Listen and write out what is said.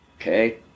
Okay